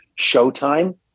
showtime